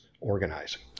organizing